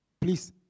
Please